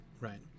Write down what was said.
right